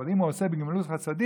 אבל אם הוא עוסק בגמילות חסדים,